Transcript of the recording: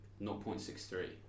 0.63